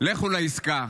לכו לעסקה.